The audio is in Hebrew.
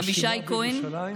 אבישי כהן,